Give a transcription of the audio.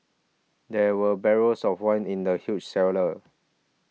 there were barrels of wine in the huge cellar